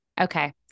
Okay